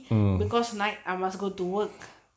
because night I must go to work